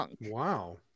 Wow